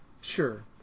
sure